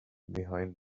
behind